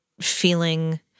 feeling